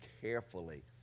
carefully